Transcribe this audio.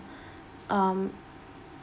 um